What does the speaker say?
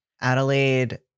Adelaide